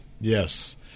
Yes